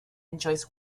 enjoys